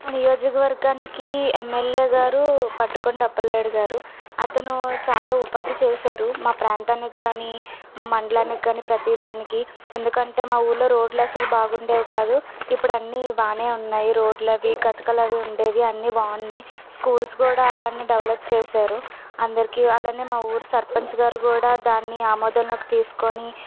మా నియోజకవర్గానికి ఎంఎల్ఏ గారు బడ్డుకొండ అప్పలనాయుడు గారు అతను చాలా ఉపాధి చేసారు మా ప్రాంతానికి కానీ మా మండలానికి కానీ ప్రతీదానికి ఎందుకంటే మా ఊర్లో రోడ్లు అసలు బాగుండేవి కాదు ఇప్పుడు అన్నీ బాగానే ఉన్నాయి రోడ్లు అవి గతుకులు అవి ఉండేవి అన్నీ బాగున్నాయి స్కూల్స్ కూడా అలానే డెవలప్ చేసారు అందరికీ అలానే మా ఊరు సర్పంచ్ గారు కూడా దాన్ని ఆమోదంలోకి తీసుకోని